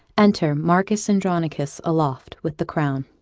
enter marcus andronicus aloft, with the crown